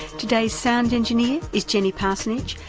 today's sound engineer is jenny parsonage,